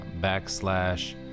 backslash